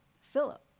Philip